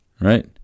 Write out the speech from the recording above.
Right